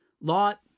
Lot